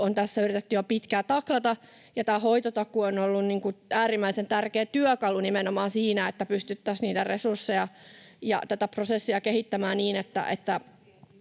on tässä yritetty jo pitkään taklata, ja tämä hoitotakuu on ollut äärimmäisen tärkeä työkalu nimenomaan siinä, että pystyttäisiin niitä resursseja ja tätä prosessia kehittämään niin, että